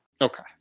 Okay